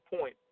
point